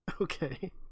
Okay